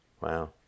Wow